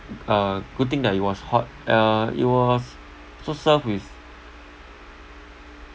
uh good thing that it was hot uh it was also served with